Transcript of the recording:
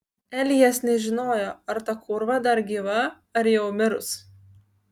elijas nežinojo ar ta kūrva dar gyva ar jau mirus